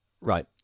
right